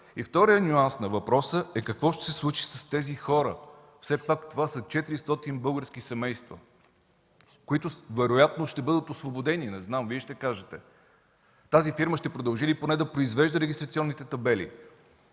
Вторият нюанс на въпроса е какво ще се случи с тези хора? Все пак това са 400 български семейства, които вероятно ще бъдат освободени, не знам, Вие ще кажете. Тази фирма ще продължи ли поне да произвежда регистрационните табели?